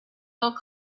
will